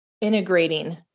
integrating